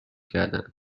کردند